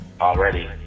already